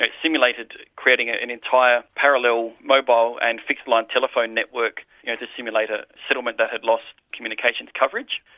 like simulated creating an entire parallel mobile and fixed line telephone network to simulate a settlement that had lost communication coverage,